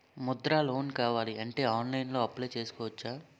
Mudra loan కావాలి అంటే ఆన్లైన్లో అప్లయ్ చేసుకోవచ్చా?